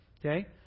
okay